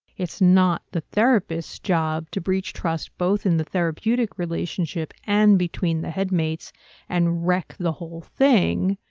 it's not the therapists job to breach trust both in the therapeutic relationship and between the headmate and wreck the whole thing.